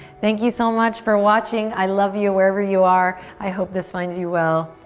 thank you so much for watching. i love you wherever you are. i hope this finds you well.